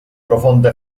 profondo